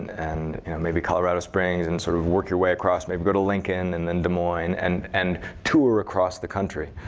and maybe colorado springs, and sort of work your way across. maybe go to lincoln, and then des moines, and and tour across the country.